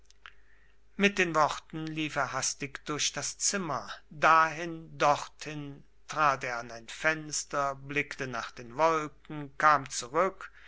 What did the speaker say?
mit den worten lief er hastig durch das zimmer dahin dorthin trat er an ein fenster blickte nach den wolken kam zurück